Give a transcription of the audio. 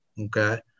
Okay